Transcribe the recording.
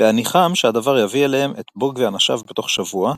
בהניחם שהדבר יביא אליהם את בוג ואנשיו בתוך שבוע,